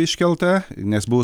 iškelta nes buvo